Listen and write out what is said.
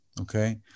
okay